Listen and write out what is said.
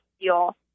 feel